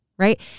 Right